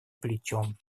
плечом